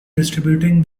distributing